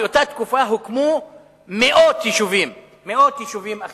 באותה תקופה הוקמו מאות יישובים אחרים,